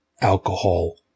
alcohol